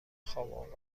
خواب